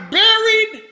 buried